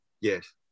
Yes